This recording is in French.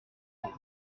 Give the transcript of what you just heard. son